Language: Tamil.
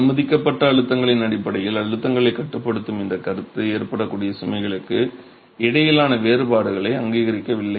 அனுமதிக்கப்பட்ட அழுத்தங்களின் அடிப்படையில் அழுத்தங்களைக் கட்டுப்படுத்தும் இந்த கருத்து ஏற்படக்கூடிய சுமைகளுக்கு இடையிலான வேறுபாடுகளை அங்கீகரிக்கவில்லை